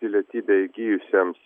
pilietybę įgijusiems